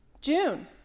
June